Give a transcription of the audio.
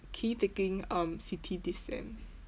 key taking um C_T this sem